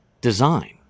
design